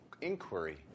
inquiry